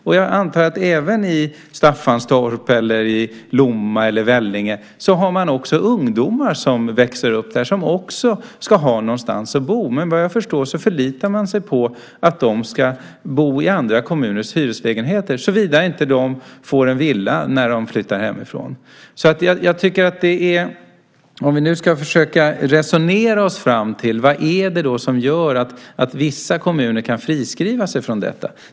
Och jag antar att man även i Staffanstorp, Lomma eller Vellinge har ungdomar som växer upp och som också ska ha någonstans att bo. Men såvitt jag förstår förlitar man sig på att de ska bo i andra kommuners hyreslägenheter, såvida de inte får en villa när de flyttar hemifrån. Vi kan försöka resonera oss fram till vad det är som gör att vissa kommuner kan friskriva sig från detta.